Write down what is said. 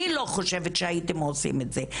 אני לא חושבת שהייתם עושים את זה.